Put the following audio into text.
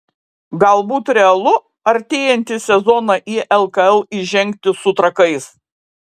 galbūt realu artėjantį sezoną į lkl įžengti su trakais